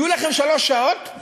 יהיו לכם שלוש שעות,